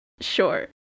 Sure